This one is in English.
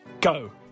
Go